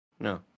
No